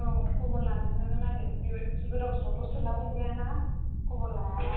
औ खबर लानाय जागोन आरो बेबायदि गोदावसोरावथ' सोलाबाय जायाना खबरलायाब्ला